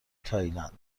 تایلند